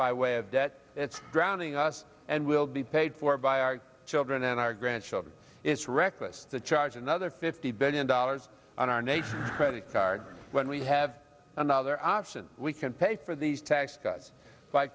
by way of debt it's drowning us and will be paid for by our children and our grandchildren it's reckless to charge another fifty billion dollars on our nation's credit card when we have another option we can pay for these tax cuts by